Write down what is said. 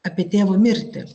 apie tėvo mirtį